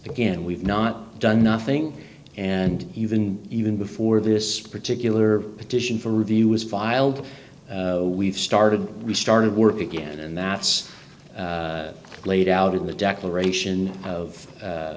again we've not done nothing and even even before this particular petition for review was filed we've started we started work again and that's laid out in the